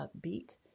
upbeat